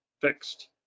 fixed